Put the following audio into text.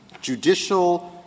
judicial